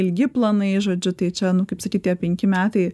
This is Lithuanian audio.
ilgi planai žodžiu tai čia nu kaip sakyt tie penki metai